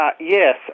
Yes